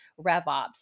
RevOps